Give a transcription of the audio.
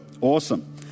Awesome